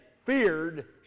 feared